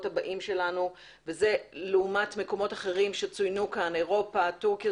הבאים שלנו וזה לעומת מקומות אחרים שצוינו כאן כמו תורכיה,